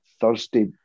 thursday